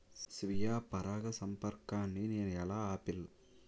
స్వీయ పరాగసంపర్కాన్ని నేను ఎలా ఆపిల్?